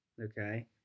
Okay